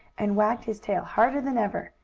and wagged his tail harder than ever.